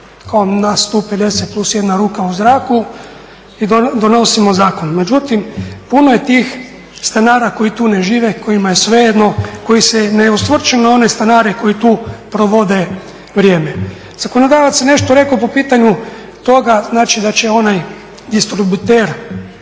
kao nas tu 50 plus 1 ruka u zraku i donosimo zakon. Međutim, puno je tih stanara koji tu ne žive, kojima je svejedno, koji se ne osvrću na one stanare koji tu provode vrijeme. Zakonodavac je nešto rekao po pitanju toga znači da će onaj distributer